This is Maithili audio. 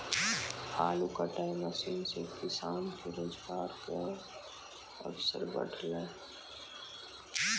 आलू कटाई मसीन सें किसान के रोजगार केरो अवसर बढ़लै